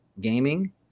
gaming